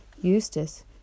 Eustace